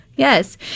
Yes